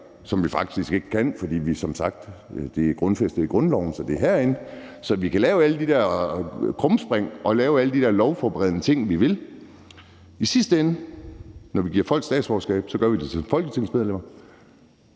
vi jo faktisk ikke kan, for som sagt er det jo fæstet i grundloven, så det er herinde. Så vi kan lave alle de der krumspring og lave alle de der lovforberedende ting, vi vil, men i sidste ende, når vi giver folk statsborgerskab, gør vi det som folketingsmedlemmer.